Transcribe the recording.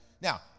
Now